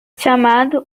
chamado